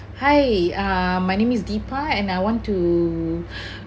hi uh my name is deepah and I want to